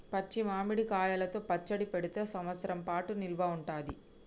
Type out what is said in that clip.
పచ్చి మామిడి కాయలతో పచ్చడి పెడితే సంవత్సరం పాటు నిల్వ ఉంటది